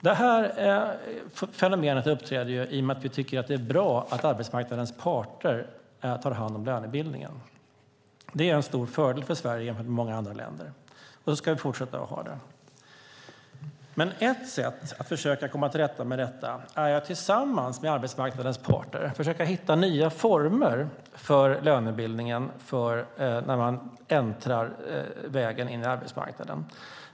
Detta fenomen uppträder i och med att vi tycker att det är bra att arbetsmarknadens parter tar hand om lönebildningen. Det är en stor fördel för Sverige jämfört med många andra länder, och så ska vi fortsätta att ha det. Ett sätt att försöka komma till rätta med detta är att tillsammans med arbetsmarknadens parter försöka hitta nya former för lönebildningen för när man äntrar vägen in på arbetsmarknaden.